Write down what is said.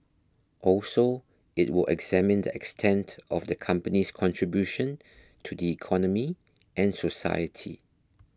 also it will examine the extent of the company's contribution to the economy and society